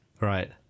right